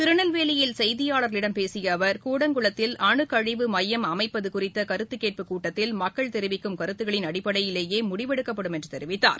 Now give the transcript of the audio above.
திருநெல்வேலியில் செய்தியாளர்களிடம் பேசியஅவர் கூடங்குளத்தில் அனுக்கழிவு மையம் அமைப்பதுகுறித்துகருத்துகேட்புக்கூட்டத்தில் மக்கள் தெரிவிக்கும் கருத்துக்களின் அடிப்படையிலேயேமுடிவெடுக்கப்படும் என்றுதெரிவித்தார்